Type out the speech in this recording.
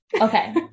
Okay